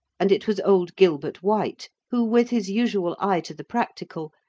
and it was old gilbert white who, with his usual eye to the practical,